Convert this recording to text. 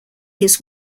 his